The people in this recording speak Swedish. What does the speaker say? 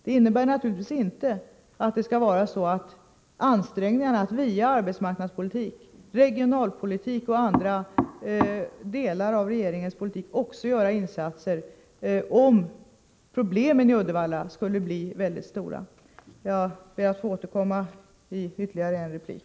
Detta påverkar naturligtvis inte ansträngningarna att också via arbetsmarknadspolitik, regionalpolitik och andra delar av regeringens politik göra insatser, om problemen i Uddevalla skulle bli väldigt stora. Jag ber att få återkomma i ytterligare en replik.